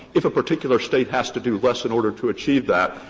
if a particular state has to do less in order to achieve that,